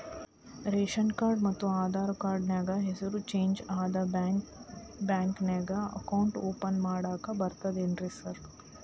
Ration card ಮತ್ತ Aadhaar card ನ್ಯಾಗ ಹೆಸರು ಚೇಂಜ್ ಅದಾ ಬ್ಯಾಂಕಿನ್ಯಾಗ ಅಕೌಂಟ್ ಓಪನ್ ಮಾಡಾಕ ಬರ್ತಾದೇನ್ರಿ ಸಾರ್?